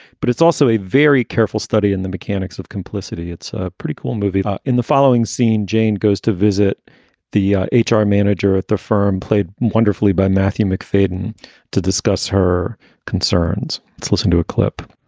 but it's also a very careful study in the mechanics of complicity. it's ah pretty cool movie. in the following scene, jane goes to visit the h r. manager at the firm, played wonderfully by matthew mcfayden to discuss her concerns. let's listen to a clip.